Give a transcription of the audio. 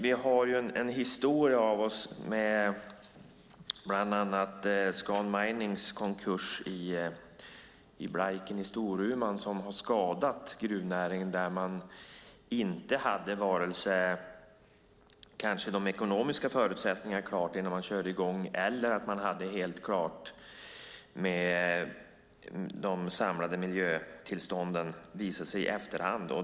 Vi har en historia med bland annat Scanminings konkurs i Blaiken i Storuman, vilken har skadat gruvnäringen. Man hade kanske inte de ekonomiska förutsättningarna klara innan man körde i gång och det var inte helt klart med de samlade miljötillstånden, visade det sig i efterhand.